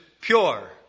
pure